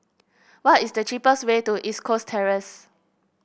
what is the cheapest way to East Coast Terrace